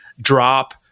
drop